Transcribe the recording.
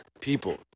people